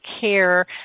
Care